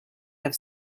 have